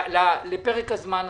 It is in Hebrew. לפרק הזמן הזה.